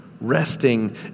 Resting